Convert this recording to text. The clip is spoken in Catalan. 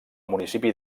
municipi